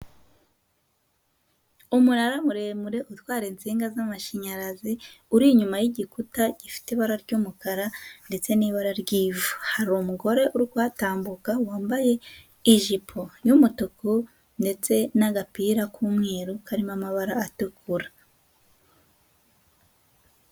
Umunara muremure utwara insinga z'amashanyarazi, uri inyuma y'igikuta gifite ibara ry'umukara ndetse n'ibara ry'ivu, hari umugore uri kuhatambuka wambaye ijipo y'umutuku ndetse n'agapira k'umweru karimo amabara atukura.